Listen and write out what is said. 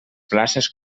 places